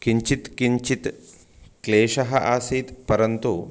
किञ्चित् किञ्चित् क्लेशः आसीत् परन्तु